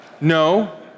No